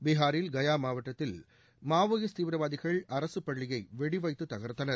பீகாரில் கயா மாவட்டத்தில் மவோயிஸ்ட் தீவிரவாதிகள் அரசுப் பள்ளியை வெடிவைத்து தகர்த்தனர்